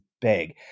big